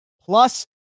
plus